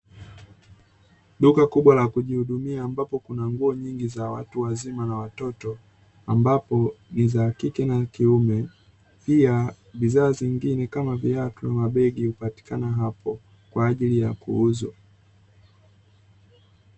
Duka kubwa la kujihudumia ambapo, kuna nguo nyingi za watu wazima na watoto, ambapo ni za kike na kiume. Pia bidhaa nyingine kama viatu na mabegi hupatikana hapo kwa ajili ya kuuzwa.